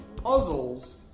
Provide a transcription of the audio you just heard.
puzzles